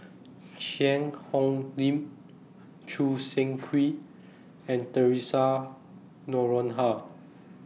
Cheang Hong Lim Choo Seng Quee and Theresa Noronha